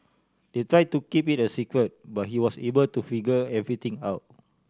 they tried to keep it a secret but he was able to figure everything out